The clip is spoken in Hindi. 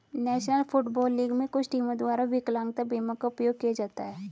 नेशनल फुटबॉल लीग में कुछ टीमों द्वारा विकलांगता बीमा का उपयोग किया जाता है